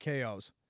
KOs